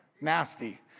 Nasty